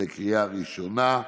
בקריאה ראשונה.